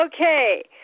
Okay